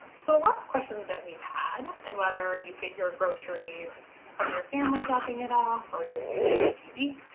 so a lot of questions that we've had, and whether you get your groceries from your family dropping it off or you're using h e b,